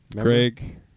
Craig